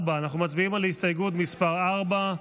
4. אנחנו מצביעים על הסתייגות מס' 4,